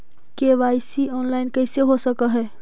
KYC online कैसे हो सक है?